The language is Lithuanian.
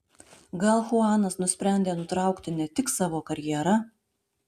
gal chuanas nusprendė nutraukti ne tik savo karjerą